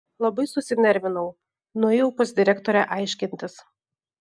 labai susinervinau nuėjau pas direktorę aiškintis